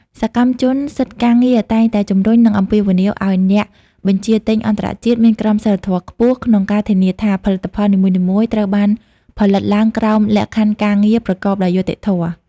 សកម្មជនសិទ្ធិការងារតែងតែជំរុញ និងអំពាវនាវឱ្យអ្នកបញ្ជាទិញអន្តរជាតិមានក្រមសីលធម៌ខ្ពស់ ក្នុងការធានាថាផលិតផលនីមួយៗត្រូវបានផលិតឡើងក្រោមលក្ខខណ្ឌការងារប្រកបដោយយុត្តិធម៌។